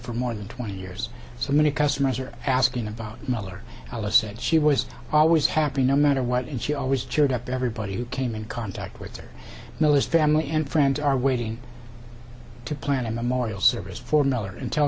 for more than twenty years so many customers are asking about miller alice said she was always happy no matter what and she always cheered up everybody who came in contact with her militia family and friends are waiting to plan a memorial service for another